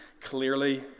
clearly